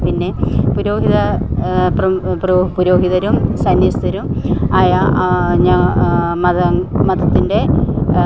പിന്നെ പുരോഹിത പുരോഹിതരും സന്യസ്തരും ആയ മതത്തിൻ്റെ